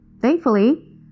Thankfully